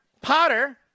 Potter